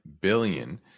billion